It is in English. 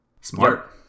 Smart